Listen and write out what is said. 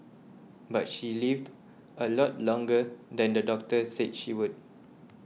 but she lived a lot longer than the doctor said she would